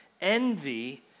Envy